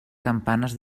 campanes